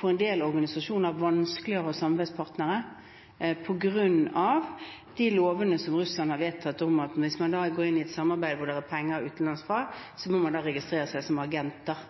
for en del organisasjoner er vanskeligere å ha samarbeidspartnere, og det er på grunn av de lovene Russland har vedtatt om at hvis man går inn i et samarbeid hvor det er penger utenlands fra, må man registrere seg som agenter